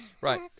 right